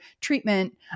treatment